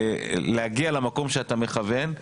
להגיע למקום שאתה מכוון,